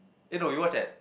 eh no we watch at